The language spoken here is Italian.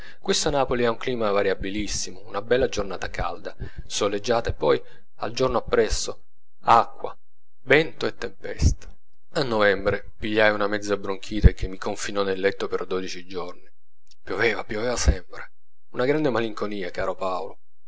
questa napoli ha un clima variabilissimo una bella giornata calda soleggiata e poi al giorno appresso acqua vento e tempesta a novembre pigliai una mezza bronchite che mi confinò nel letto per dodici giorni pioveva pioveva sempre una grande malinconia caro paolo